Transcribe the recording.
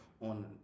on